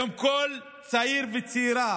היום כל צעיר וצעירה